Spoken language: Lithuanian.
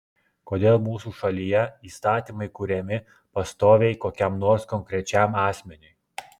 kodėl mūsų šalyje įstatymai kuriami pastoviai kokiam nors konkrečiam asmeniui